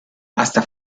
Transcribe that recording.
hasta